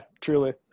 truly